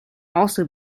also